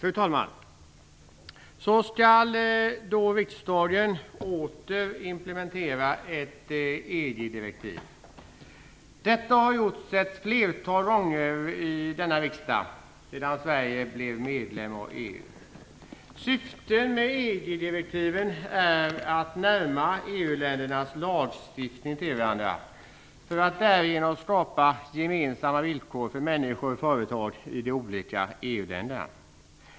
Fru talman! Riksdagen skall nu åter implementera ett EG-direktiv. Detta har gjorts ett flertal gånger i denna riksdag sedan Sverige blev medlem av EU. Syftet med EG-direktiven är att EU-ländernas lagstiftningar skall närma sig varandra. Därigenom skapas gemensamma villkor för människor och företag i de olika EU-länderna.